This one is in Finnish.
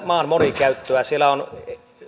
maan monikäyttöä siellä on